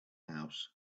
house